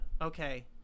Okay